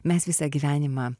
mes visą gyvenimą